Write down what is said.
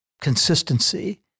consistency